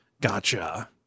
Gotcha